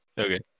Okay